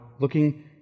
looking